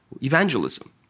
evangelism